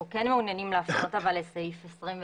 אנחנו כן מעוניינים אבל לסעיף 29